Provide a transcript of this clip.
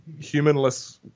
humanless